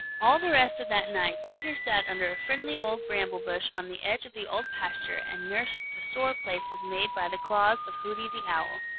all the rest of that night peter sat under a friendly old bramble-bush on the edge of the old pasture and nursed the sore places made by the claws of hooty the owl.